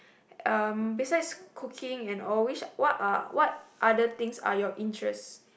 um besides cooking and all which what are what other things are your interest